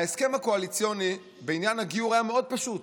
ההסכם הקואליציוני בעניין הגיור היה מאוד פשוט.